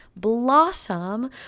blossom